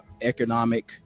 economic